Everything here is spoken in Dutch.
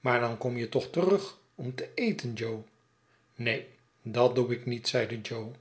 maar dan kom je toch terug om te eten jo neen dat doe ik niet zeide jo